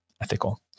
ethical